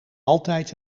altijd